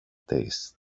tastes